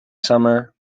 summer